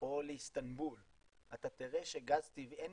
או לאיסטנבול אתה תראה שאין